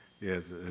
Yes